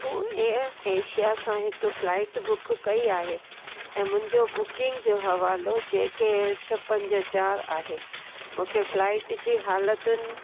मूं Air Asia सां हिकु फ्लाइट बुक कई आहे ऐं मुंहिंजो बुकींग जो हवालो जे के एल छह पंज चार आहे मूंखे फ्लाईट जी हालतुनि